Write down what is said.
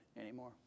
anymore